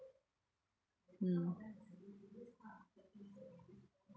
mm